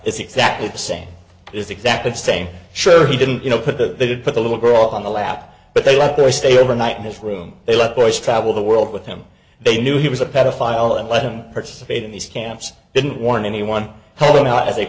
is exactly the same sure he didn't you know put that they did put the little girl on the lap but they let their stay overnight in this room they let boys travel the world with him they knew he was a pedophile and let him participate in these camps didn't want anyone holding out as a